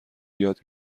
یاد